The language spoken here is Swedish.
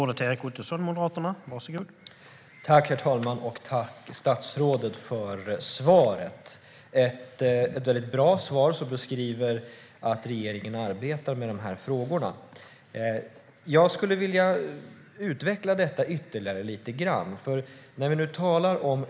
Herr talman! Jag tackar statsrådet för svaret. Det är ett bra svar som beskriver att regeringen arbetar med dessa frågor. Låt mig utveckla det hela lite.